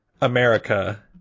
america